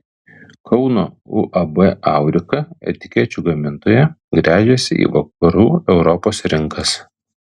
kauno uab aurika etikečių gamintoja gręžiasi į vakarų europos rinkas